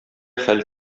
хәл